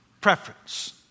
preference